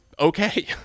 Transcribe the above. okay